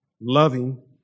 Loving